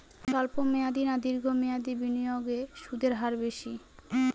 স্বল্প মেয়াদী না দীর্ঘ মেয়াদী বিনিয়োগে সুদের হার বেশী?